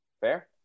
Fair